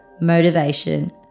motivation